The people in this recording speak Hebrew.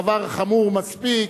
הדבר חמור מספיק,